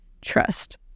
trust